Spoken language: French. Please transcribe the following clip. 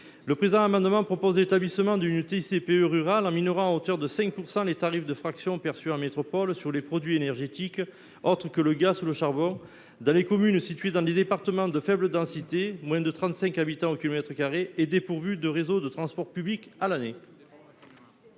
les produits énergétiques (TICPE) rurale en minorant, à hauteur de 5 %, les tarifs de la fraction perçue en métropole sur les produits énergétiques autres que le gaz et le charbon dans les communes situées dans des départements de faible densité de moins de 35 habitants au kilomètre carré et dépourvues de réseau de transport public à l'année.